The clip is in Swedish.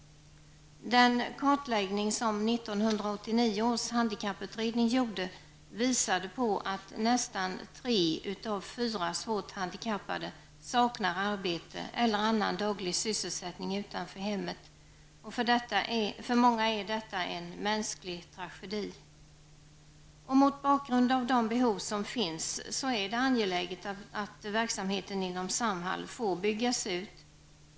Den kartläggning som 1989 års handikapputredning gjorde visade att nästan tre av fyra svårt handikappade saknade arbete eller annan daglig sysselsättning utanför hemmet. För många av dem var det en tragedi. Mot bakgrund av de behov som finns är det angeläget att verksamheten inom Samhall får byggas ut.